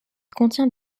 contient